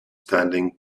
standing